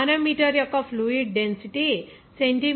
manometer యొక్క fluid density centimetre క్యూబ్కు 2